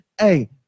Hey